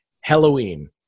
Halloween